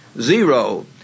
zero